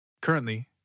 Currently